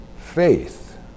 faith